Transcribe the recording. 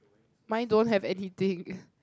mine don't have anything